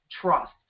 trust